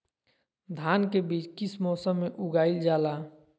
धान के बीज किस मौसम में उगाईल जाला?